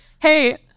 Hey